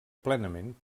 plenament